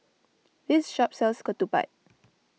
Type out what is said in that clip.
this shop sells Ketupat